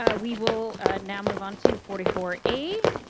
ah we will now move on to forty four a,